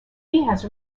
has